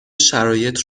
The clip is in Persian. شرایط